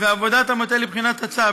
ועבודת המטה לבחינת הצו,